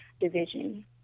division